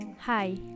Hi